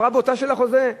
הפרה בוטה של החוזה.